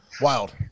Wild